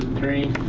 three,